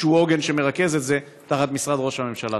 עוגן שמרכז את זה תחת משרד ראש הממשלה.